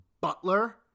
Butler